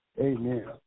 Amen